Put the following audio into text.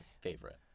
favorite